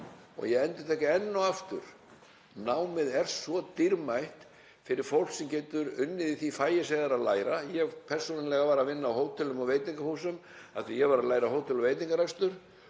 Ég endurtek enn og aftur: Það er svo dýrmætt fyrir fólk sem getur unnið í því fagi sem það er að læra. Ég persónulega var að vinna á hótelum og veitingahúsum af því að ég var að læra hótel- og veitingarekstur